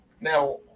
Now